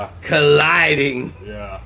colliding